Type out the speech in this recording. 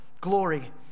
Glory